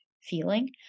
feeling